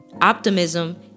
Optimism